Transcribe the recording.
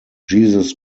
jesus